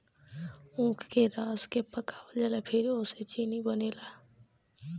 ऊख के रस के पकावल जाला फिर ओसे चीनी बनेला